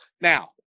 Now